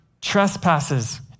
trespasses